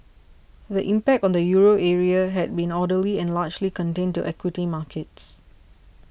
the impact on the Euro area has been orderly and largely contained to equity markets